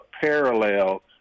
parallel